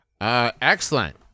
Excellent